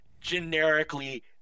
generically